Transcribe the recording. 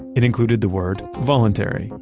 it included the word, voluntary.